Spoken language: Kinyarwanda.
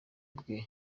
bwe